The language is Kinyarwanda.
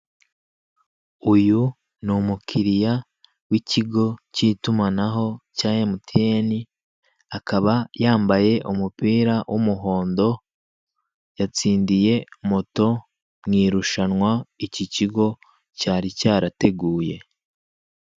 Uyu ni umukiriya w'ikigo k'itumanaho cya MTN akaba yambaye umupira w'umuhondo yatsindiye moto mu irushanwa iki kigo cyari cyarateguye.